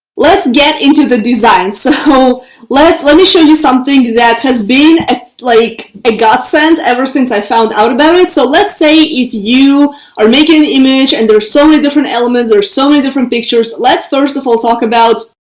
let's get into the design. so let let me show you something that has been like a godsend ever since i found out about it. so let's say if you are making an image and there's so many different elements or so many different pictures, let's first of all talk about,